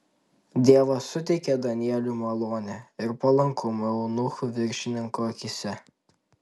dievas suteikė danieliui malonę ir palankumą eunuchų viršininko akyse